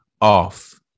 off